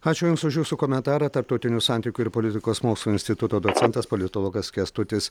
ačiū jums už jūsų komentarą tarptautinių santykių ir politikos mokslų instituto docentas politologas kęstutis